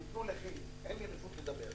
תפנו לחיליק, אין לי רשות לדבר.